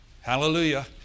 Hallelujah